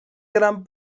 gran